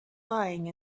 lying